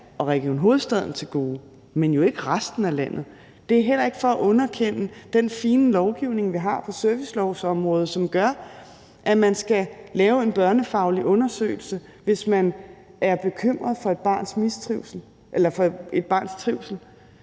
og Region Hovedstaden til gode, men jo ikke resten af landet – og det er heller ikke for at underkende den fine lovgivning, vi har på servicelovområdet, som gør, at man skal lave en børnefaglig undersøgelse, hvis man er bekymret for et barns trivsel, men det er bare en